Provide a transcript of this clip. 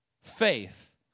faith